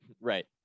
right